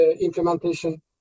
implementation